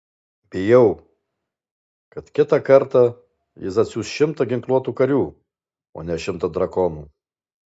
bijau kad kitą kartą jis atsiųs šimtą ginkluotų karių o ne šimtą drakonų